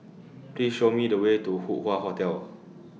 Please Show Me The Way to Hup Hoe Hotel